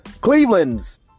Cleveland's